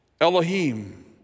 Elohim